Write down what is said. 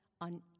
on